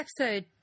episode